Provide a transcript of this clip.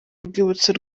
urwibutso